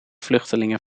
vluchtelingen